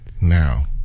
now